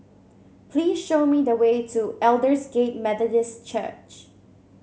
please show me the way to Aldersgate Methodist Church